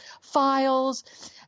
files